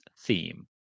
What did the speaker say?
theme